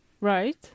Right